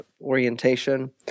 orientation